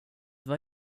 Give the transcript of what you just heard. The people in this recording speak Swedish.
vad